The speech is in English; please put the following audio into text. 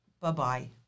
Bye-bye